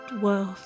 world